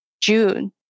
June